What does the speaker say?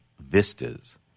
vistas